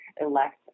elect